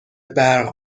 برق